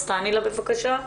תעני לה בבקשה.